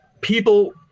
people